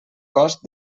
cost